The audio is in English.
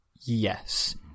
Yes